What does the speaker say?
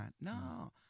No